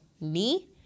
knee